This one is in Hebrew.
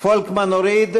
פולקמן הוריד.